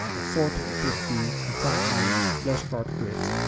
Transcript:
a sorting activity, a timeline, flashcard grid,